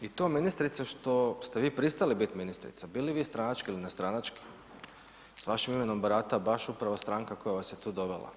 I to ministrice što ste vi pristali bit ministrica, bili vi stranački ili nestranački s vašim imenom barata baš upravo stranka koja vas je tu dovela.